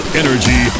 energy